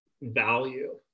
value